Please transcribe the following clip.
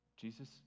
Jesus